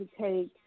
take